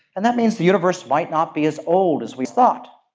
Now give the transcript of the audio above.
and that means the universe might not be as old as we thought.